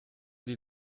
sie